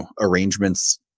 arrangements